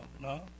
no